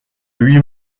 huit